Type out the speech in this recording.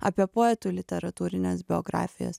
apie poetų literatūrines biografijas